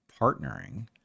partnering